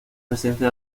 presencia